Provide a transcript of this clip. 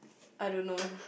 I don't know